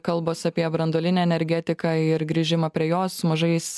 kalbos apie branduolinę energetiką ir grįžimą prie jos mažais